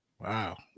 Wow